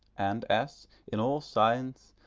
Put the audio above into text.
and as, in all science,